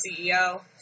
CEO